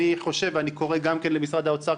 אני קורא למשרד האוצר,